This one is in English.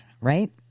right